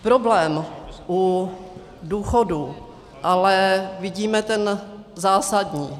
Problém u důchodů ale vidíme ten zásadní.